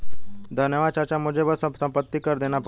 धन्यवाद चाचा मुझे बस अब संपत्ति कर देना पड़ेगा